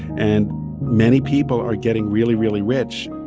and many people are getting really, really rich.